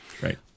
Right